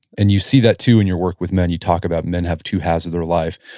and you see that too in your work with men. you talk about men have two halves of their life.